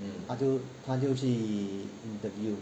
他就他就去 interview